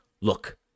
look